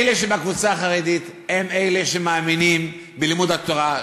אלה שבקבוצה החרדית הם אלה שמאמינים בלימוד התורה,